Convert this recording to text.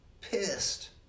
pissed